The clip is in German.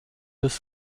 des